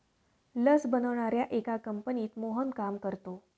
लस बनवणाऱ्या एका कंपनीत मोहन काम करतो